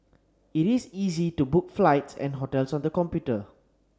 it is easy to book flights and hotels on the computer